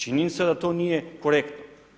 Činjenica je da to nije korektno.